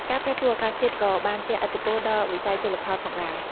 ការប្រែប្រួលអាកាសធាតុក៏បានជះឥទ្ធិពលដល់វិស័យជលផលផងដែរ។